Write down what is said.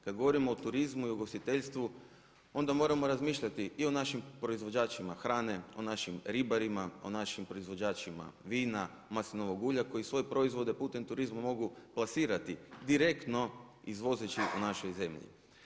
Kada govorimo o turizmu i ugostiteljstvu onda moramo razmišljati i o našim proizvođačima hrane, o našim ribarima, o našim proizvođačima vina, maslinovog ulja koji svoje proizvode putem turizma mogu plasirati direktno izvozeći u našoj zemlji.